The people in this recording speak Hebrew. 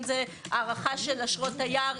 אם זה הארכת אשרות תייר,